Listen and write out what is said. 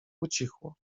ucichło